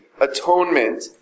atonement